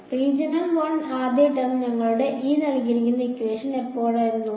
അതിനാൽ റീജിയൻ 1 ആദ്യ ടേം നിങ്ങൾക്ക് ഈ എപ്പോഴായിരുന്നു